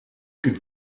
could